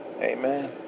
Amen